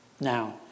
Now